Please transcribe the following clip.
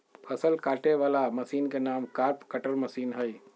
फसल काटे वला मशीन के नाम क्रॉप कटर मशीन हइ